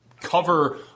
cover